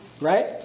right